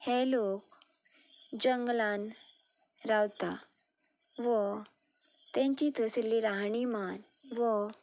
हे लोक जंगलांत रावता वा तेंची तसली राहणीमान वा